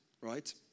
right